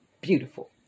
Beautiful